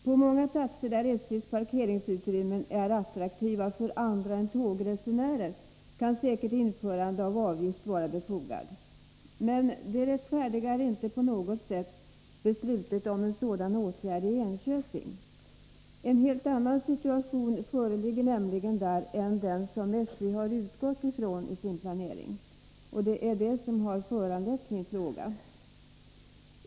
På många platser där SJ:s parkeringsutrymme är attraktivt för andra än tågresenärer kan säkerligen införande av en avgift vara befogat. Men det 102 rättfärdigar inte på något sätt beslutet om en sådan åtgärd i Enköping. En helt annan situation föreligger nämligen där än den som SJ har utgått från i sin planering. Det har föranlett min fråga.